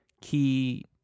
key